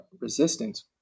resistance